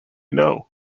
know